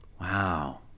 Wow